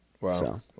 Wow